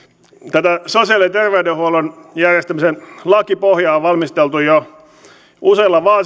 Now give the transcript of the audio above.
tätä sosiaali ja terveydenhuollon järjestämisen lakipohjaa on valmisteltu jo useilla